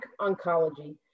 Oncology